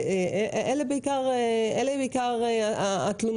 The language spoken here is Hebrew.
אלה בעיקר התלונות.